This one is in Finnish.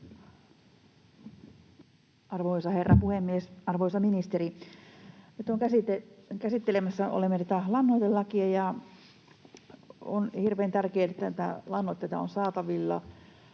Arvoisa herra puhemies! Arvoisa ministeri! Nyt olemme käsittelemässä tätä lannoitelakia, ja on hirveän tärkeää, että lannoitteita on saatavilla.